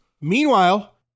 Meanwhile